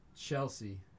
Chelsea